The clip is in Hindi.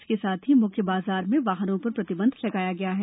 इसके साथ ही मुख्य बाजार मे वाहनों र प्रतिबंध लगाया गया है